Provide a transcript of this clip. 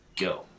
Go